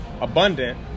abundant